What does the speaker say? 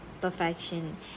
perfection